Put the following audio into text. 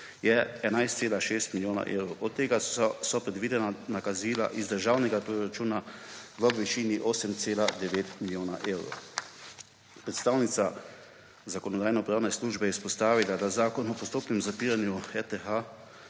je 11,6 milijona evrov. Od tega so predvidena nakazila iz državnega proračuna v višini 8,9 milijona evrov. Predstavnica Zakonodajno-pravne službe je izpostavila, da zakon o postopnem zapiranju RTH